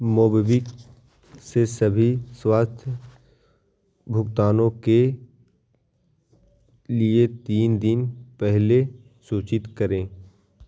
MobiKwik से सभी स्वतः भुगतानों के लिए तीन दिन पहले सूचित करें